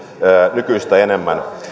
nykyistä enemmän